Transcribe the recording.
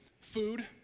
food